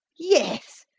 yes,